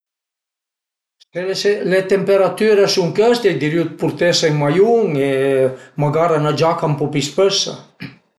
Si le temperatüre a sun chëste i dirìu dë purtese ën maiun e magari 'na giaca ën po pi spësa